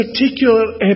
particular